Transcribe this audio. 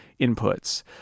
inputs